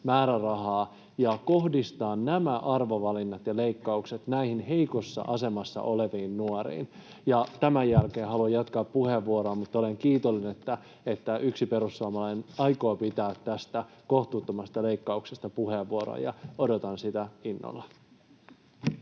määrärahaa ja kohdistaa nämä arvovalinnat ja leikkaukset näihin heikossa asemassa oleviin nuoriin. Tämän jälkeen haluan jatkaa puheenvuoroa, mutta olen kiitollinen, että yksi perussuomalainen aikoo pitää tästä kohtuuttomasta leikkauksesta puheenvuoron, ja odotan sitä innolla.